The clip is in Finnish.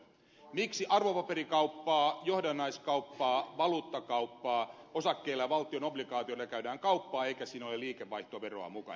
miksi arvopaperikauppaa johdannaiskauppaa valuuttakauppaa osakkeilla ja valtion oblikaatioilla käydään kauppaa eikä siinä ole liikevaihtoveroa mukana